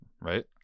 right